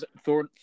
Thor